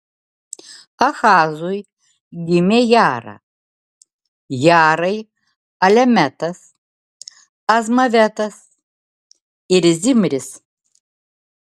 ahazui gimė jara jarai alemetas azmavetas ir zimris